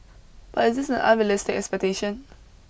but is this an unrealistic expectation